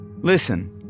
Listen